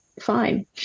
fine